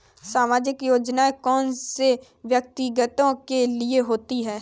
सामाजिक योजना कौन से व्यक्तियों के लिए होती है?